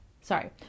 sorry